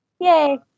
Yay